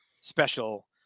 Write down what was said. special